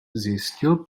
zjistil